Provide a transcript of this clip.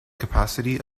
capacity